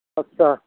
आत्सा